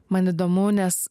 man įdomu nes